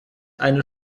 eine